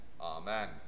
Amen